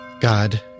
God